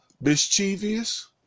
mischievous